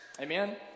Amen